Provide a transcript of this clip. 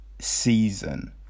Season